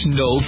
no